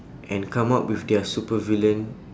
and come up with their supervillain